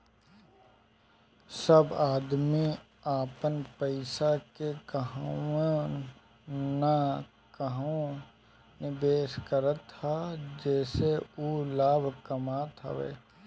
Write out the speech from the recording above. सब आदमी अपन पईसा के कहवो न कहवो निवेश करत हअ जेसे उ लाभ कमात हवे